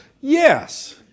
yes